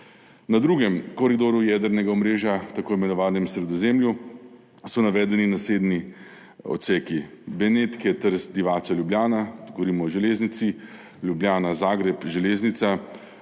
Na drugem koridorju jedrnega omrežja, tako imenovanem Sredozemlju, so navedeni naslednji odseki – Benetke–Trst–Divača–Ljubljana, govorimo o železnici, Ljubljana–Zagreb, železnica,